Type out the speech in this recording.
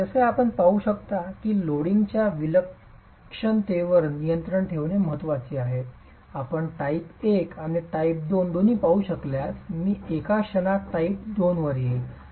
जसे आपण पाहू शकता की लोडिंगच्या विलक्षणतेवर नियंत्रण ठेवणे महत्वाचे आहे आपण टाइप 1 आणि टाइप 2 दोन्ही पाहू शकत असल्यास मी एका क्षणात टाइप 2 वर येईल